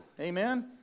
Amen